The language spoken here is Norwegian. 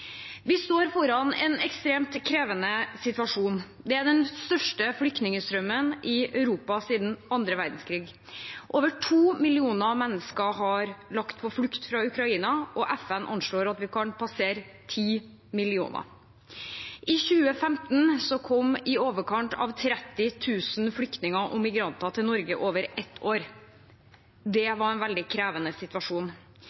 Vi står overfor en ekstremt krevende situasjon. Det er den største flyktningstrømmen i Europa siden annen verdenskrig. Over to millioner mennesker har lagt på flukt fra Ukraina, og FN anslår at tallet kan komme til å passere ti millioner. I 2015 kom i overkant av 30 000 flyktninger og migranter til Norge i løpet av et år.